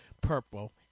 purple